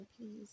please